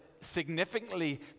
significantly